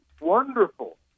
wonderful